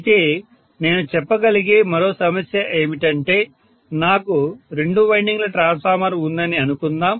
అయితే నేను చెప్పగలిగే మరో సమస్య ఏమిటంటే నాకు రెండు వైండింగ్ల ట్రాన్స్ఫార్మర్ ఉందని అనుకుందాం